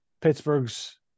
Pittsburgh's